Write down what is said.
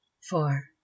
Four